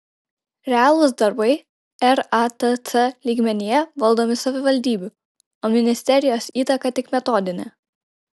realūs darbai ratc lygmenyje valdomi savivaldybių o ministerijos įtaka tik metodinė